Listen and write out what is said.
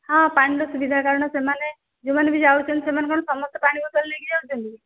ହଁ ପାଣିର ସୁବିଧା କାରଣ ସେମାନେ ଯେଉଁମାନେ ବି ଯାଉଛନ୍ତି ସେମାନେ କ'ଣ ସମସ୍ତେ ପାଣି ବୋତଲ ନେଇକି ଯାଉଛନ୍ତି